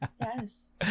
yes